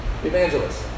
evangelist